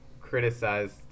criticized